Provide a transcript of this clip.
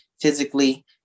physically